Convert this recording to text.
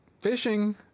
Fishing